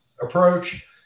approach